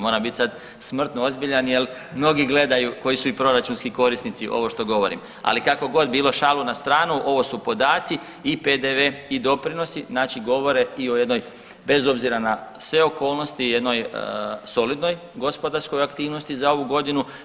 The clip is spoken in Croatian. Moram bit sad smrtno ozbiljan jel mnogi gledaju koji su i proračunski korisnici ovo što govorim, ali kako god bilo šalu na stranu ovo su podaci i PDV i doprinosi znači govore i o jednoj bez obzira na sve okolnosti o jednoj solidnoj gospodarskoj aktivnosti za ovu godinu.